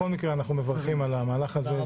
בכל מקרה אנחנו מברכים על המהלך הזה.